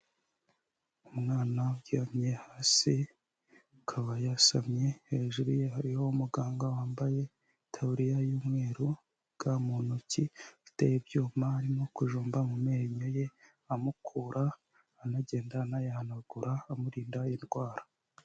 Umwana uryamye hasi akaba yasamye, hejuru ye hariho umuganga wambaye itaburiya y'umweru, ga mu ntoki, ufite ibyuma arimo kujomba mu menyo ye amukura, anagenda anayahanagura amurinda indwara.